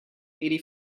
eighty